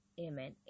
Amen